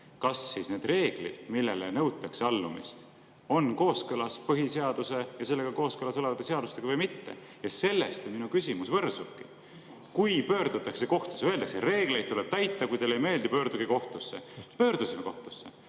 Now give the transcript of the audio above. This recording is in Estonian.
kas need reeglid, millele nõutakse allumist, on kooskõlas põhiseaduse ja sellega kooskõlas olevate seadustega või mitte. Ja sellest mu küsimus võrsubki. Kui pöördutakse kohtusse … Öeldakse, et reegleid tuleb täita, kui teile ei meeldi, pöörduge kohtusse. Pöördusime kohtusse!